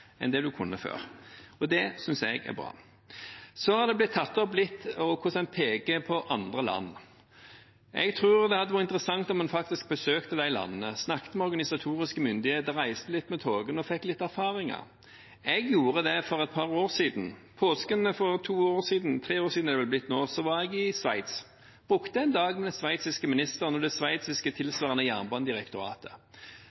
kunne før. Det synes jeg er bra. Det har blitt tatt opp hvordan en peker på andre land. Jeg tror det hadde vært interessant om en faktisk besøkte de landene, snakket med organisatoriske myndigheter, reiste litt med togene og fikk noen erfaringer. Jeg gjorde det for et par år siden. I påsken for tre år siden – er det vel blitt nå – var jeg i Sveits. Jeg brukte en dag med den sveitsiske ministeren og det sveitsiske